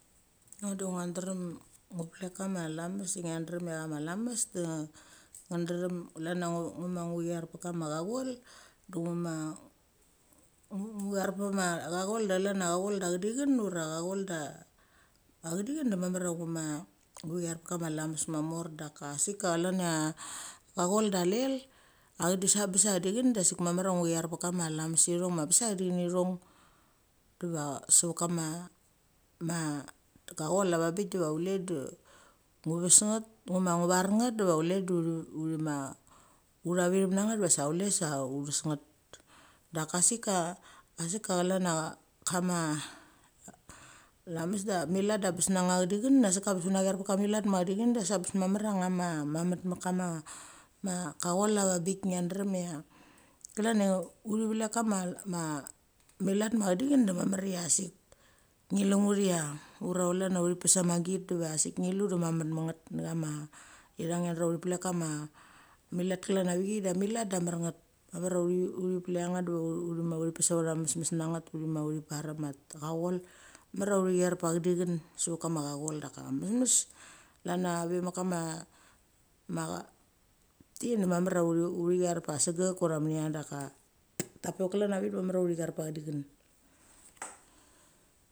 Ngo de ngia drem ugu pelek kama lamas ngia drem cha chama lamas de nga, drem chlan cha ugu char pa kama chachol, de ugu ma ugu char pa ma chachol de chlan cha chachol de chadichen de mamar cha, ugu char pama lamas mamor daka sik ka chlan cha, choichol de lel chedichenda sik mamarcha ugu chai pakama lamas ithong ma bes a chedihen ngithong. Dava sevet kama ma chachol a veng bik diva chule de uthi var nget va sa chule sa uthes nget. Daka sika culan a kama lamas a milet de a bes na chachedichen, a sik abes ut nachar paka milet ma chedichen da sik a bes mamar chama maamet mek kama chachol veng bik ngia drem chia, klan cha uthivelek kama ma milet ma chedichen de mamar cha sik nge lu nget cha ura chlan cha uthi pes a magit, diva sik ngi lu da mamet mit nget nechama, ithong ngia drem uthi plek kama milat kalanavichai. Da milet dei a mar nget. Mamar chia uthi. uthi pelek cha nget de uthi pes autha mesmes na nget de uthima par chachol mamar cha uthi char pa chadichen sevet kama chachol, daka masmas klan cha vemakama ma uthi. uthi char pa sagek ura mania daka tapiok kalan avik da mamar ia uthi char pachadichen.